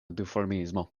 duformismo